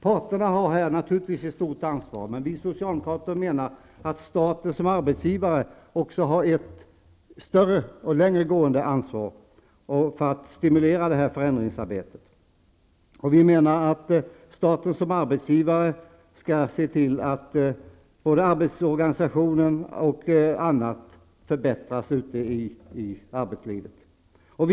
Parterna har här naturligtvis ett stort ansvar, men vi socialdemokrater menar att staten som arbetsgivare måste ta ett större och längre gående ansvar för att stimulera förändringsarbetet. Vi menar att staten som arbetsgivare skall se till att både arbetsorganisationen och annat inom arbetslivet förbättras ute på arbetsplatserna.